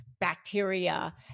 Bacteria